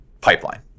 pipeline